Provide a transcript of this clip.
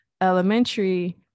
elementary